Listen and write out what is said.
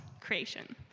creation